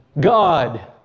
God